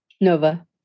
Nova